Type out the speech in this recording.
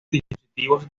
dispositivos